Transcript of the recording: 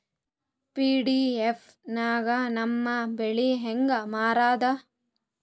PDS ನಾಗ ನಮ್ಮ ಬ್ಯಾಳಿ ಹೆಂಗ ಮಾರದ?